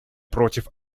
против